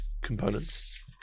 components